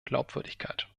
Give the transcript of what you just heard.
glaubwürdigkeit